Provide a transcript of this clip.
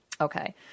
Okay